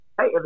hey